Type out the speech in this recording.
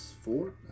four